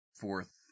fourth